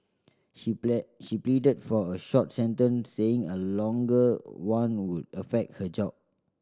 she pleaded for a short sentence saying a longer one would affect her job